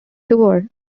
tour